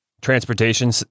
Transportation